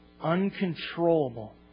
uncontrollable